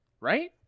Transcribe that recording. right